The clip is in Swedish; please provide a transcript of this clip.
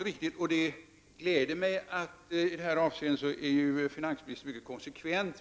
I det avseendet är finansministern mycket konsekvent.